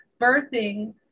birthing